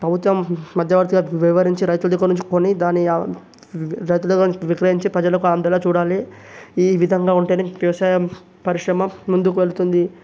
ప్రభుత్వం మధ్యవ్యర్తిగా వ్యవహరించి రైతుల దగ్గర నుంచి కొని దాన్ని రైతుల దగ్గర నుంచి విక్రయించి ప్రజలకు అందేలా చూడాలి ఈ విధంగా ఉంటేనే వ్యవసాయ పరిశ్రమ ముందుకు వెళుతుంది